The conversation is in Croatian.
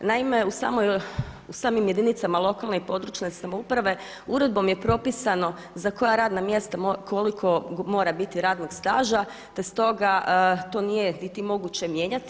Naime, u samim jedinicama lokalne i područne samouprave uredbom je propisano za koja radna mjesta koliko mora biti radnog staža, te stoga to nije niti moguće mijenjati.